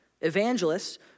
Evangelists